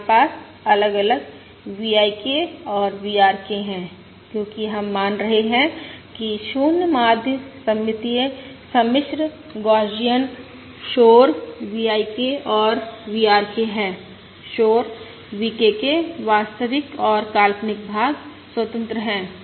हमारे पास अलग अलग VI K और VRK हैं क्योंकि हम मान रहे हैं कि 0 माध्य सममितीय सम्मिश्र गौसियन शोर V IK और V RK है शोर VK के वास्तविक और काल्पनिक भाग स्वतंत्र हैं